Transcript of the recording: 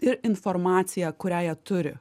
ir informacija kurią jie turi